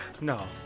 No